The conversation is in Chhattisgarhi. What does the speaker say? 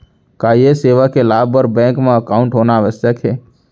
का ये सेवा के लाभ बर बैंक मा एकाउंट होना आवश्यक हे